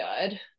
good